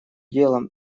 делом